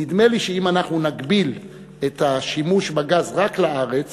נדמה לי שאם אנחנו נגביל את השימוש בגז רק לארץ